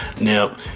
Now